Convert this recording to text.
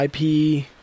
IP